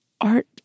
Art